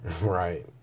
right